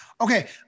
Okay